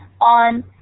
on